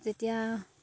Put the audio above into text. যেতিয়া